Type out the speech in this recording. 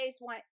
want